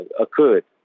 occurred